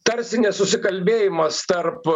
tarsi nesusikalbėjimas tarp